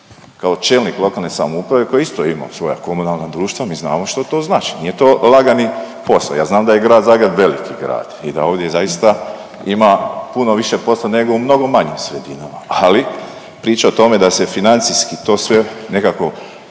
Kao čelnik lokalne samouprave koje isto ima svoja komunalna društva mi znamo što to znači. Nije to lagani posao. Ja znam da je grad Zagreb veliki grad i da ovdje zaista ima puno više posla nego u mnogo manjim sredinama ali priča o tome da se financijski to sve nekako